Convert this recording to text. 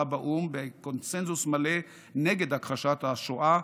באו"ם בקונסנזוס מלא נגד הכחשת השואה,